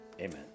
Amen